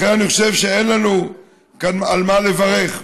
לכן אני חושב שאין לנו כאן על מה לברך,